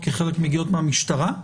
כי חלק מגיעות מהמשטרה?